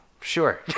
Sure